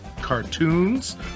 cartoons